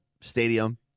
stadium